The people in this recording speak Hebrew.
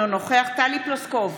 אינו נוכח טלי פלוסקוב,